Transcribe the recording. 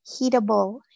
heatable